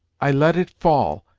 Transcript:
i let it fall,